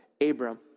Abram